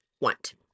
want